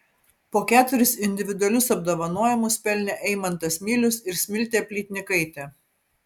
po keturis individualius apdovanojimus pelnė eimantas milius ir smiltė plytnykaitė